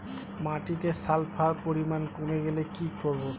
মাটিতে সালফার পরিমাণ কমে গেলে কি করব?